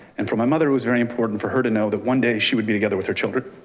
and from my mother was very important for her to know that one day she would be together with her children.